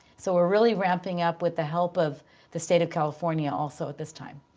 so we're really ramping up with the help of the state of california also at this time.